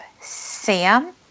Sam